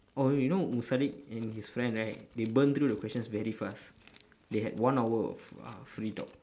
oh you know musadiq and his friend right they burn through the questions very fast they had one hour of uh free talk